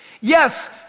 Yes